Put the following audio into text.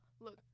look